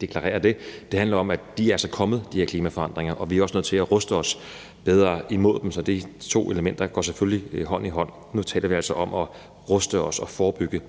deklarere det. Det handler om, at de her klimaforandringer altså er kommet, og at vi også er nødt til at ruste os bedre imod dem, så de to elementer går selvfølgelig hånd i hånd. Nu taler vi altså om at ruste os og forebygge